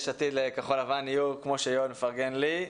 עתיד לכחול לבן יהיו כמו שיואל מפרגן לי,